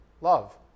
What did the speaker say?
love